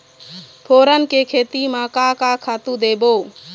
फोरन के खेती म का का खातू देबो?